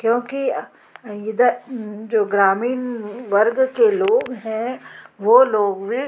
क्योंकि इधर जो ग्रामीन वर्ग के लोग हैं वो लोग में